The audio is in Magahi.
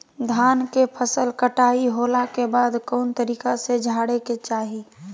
धान के फसल कटाई होला के बाद कौन तरीका से झारे के चाहि?